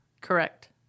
Correct